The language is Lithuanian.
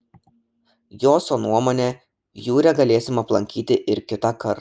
joso nuomone jūrę galėsim aplankyti ir kitąkart